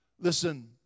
Listen